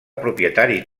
propietari